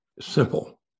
simple